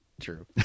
True